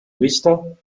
richter